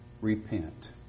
Repent